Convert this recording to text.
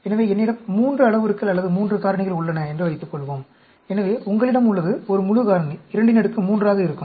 எனவே என்னிடம் 3 அளவுருக்கள் அல்லது 3 காரணிகள் உள்ளன என்று வைத்துக்கொள்வோம் எனவே உங்களிடம் உள்ளது ஒரு முழு காரணி 23 ஆக இருக்கும்